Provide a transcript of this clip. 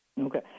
okay